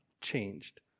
changed